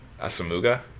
Asamuga